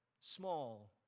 Small